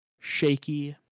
shaky